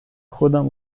ходом